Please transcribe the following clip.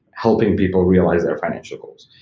helping people realize their financial goals.